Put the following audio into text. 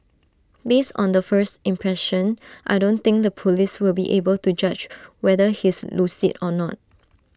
based on the first impression I don't think the Police will be able to judge whether he's lucid or not